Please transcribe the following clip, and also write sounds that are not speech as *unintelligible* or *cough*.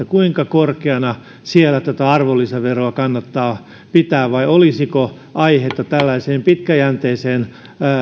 *unintelligible* kuinka korkeana siellä arvonlisäveroa kannattaa pitää vai olisiko aihetta pitkäjänteiseen